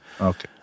Okay